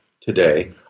today